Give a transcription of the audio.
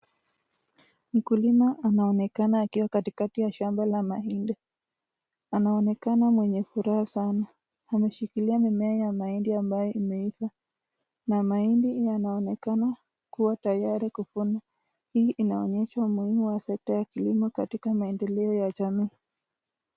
Mkulima anaonekana akiwa katikati ya shamba la mahindi. Anaonekana mwenye furaha sana. Ameshikilia mimea ya mahindi ambayo imeivaa na mahindi yanaonekana kuwa tayari kuvuna. Hii inaonyesha umuhimu wa sekta ya kilimo katika maendeleo ya jamii.